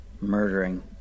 murdering